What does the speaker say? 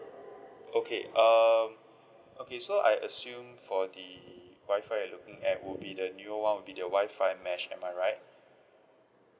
okay um okay so I assume for the Wi-Fi you're looking at would be the new [one] will be the Wi-Fi mesh am I right